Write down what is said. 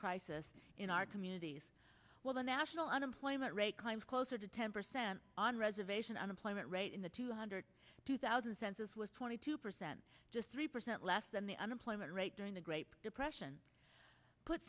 crisis in our communities well the national unemployment rate climbs closer to ten percent on reservation unemployment rate in the two hundred two thousand census was twenty two percent just three percent less than the unemployment rate during the great depression put